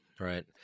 Right